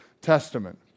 Testament